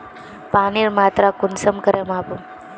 पानीर मात्रा कुंसम करे मापुम?